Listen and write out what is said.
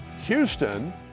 Houston